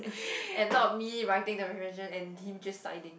and not me writing the recommendation and him just signing